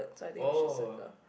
oh